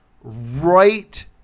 right